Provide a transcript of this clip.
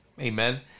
Amen